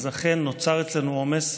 אז אכן נוצר אצלנו עומס.